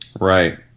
right